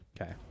Okay